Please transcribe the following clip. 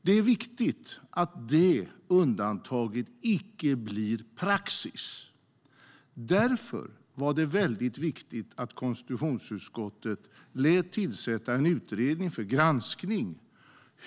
Det är viktigt att det undantaget icke blir praxis. Därför var det viktigt att konstitutionsutskottet lät tillsätta en utredning för granskning.